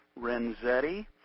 Renzetti